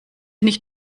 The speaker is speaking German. nicht